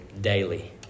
daily